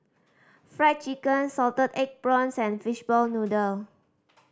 Fried Chicken salted egg prawns and fishball noodle